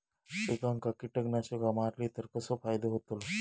पिकांक कीटकनाशका मारली तर कसो फायदो होतलो?